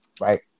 right